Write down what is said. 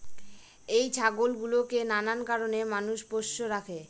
এই ছাগল গুলোকে নানান কারণে মানুষ পোষ্য রাখে